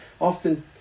often